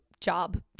job